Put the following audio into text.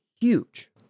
huge